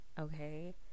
okay